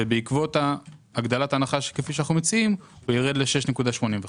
ובעקבות הגדלת ההנחה כפי שאנחנו מציעים הוא ירד ל-6.84.